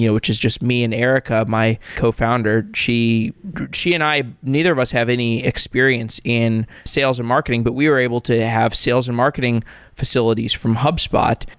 yeah which is just me and erica, my co-founder, she she and i neither of us have any experience in sales and marketing, but we were able to have sales and marketing facilities from hubspot.